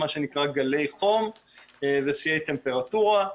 מה שנקרא גלי חום ושיאי טמפרטורה,